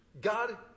God